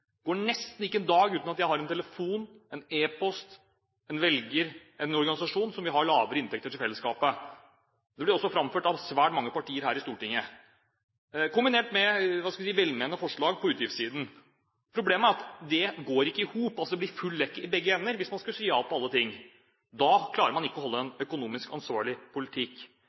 går det nesten ikke en dag uten at jeg har en telefon, en e-post, en velger eller en organisasjon som vil ha lavere inntekter til fellesskapet. Det blir også framført av svært mange partier her i Stortinget, kombinert med velmenende forslag på utgiftssiden. Problemet er at det ikke går i hop. Det ville bli full lekk i begge ender hvis man skulle si ja til alt. Da klarer man ikke føre en økonomisk ansvarlig politikk.